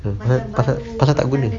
pasal pasal tak guna